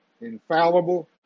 infallible